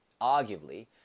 arguably